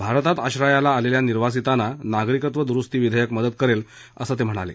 भारतात आश्रयाला आलेल्या निर्वासीताना नागरिकत्व दुरुस्ती विधेयक मदत करेल असं ते म्हणाले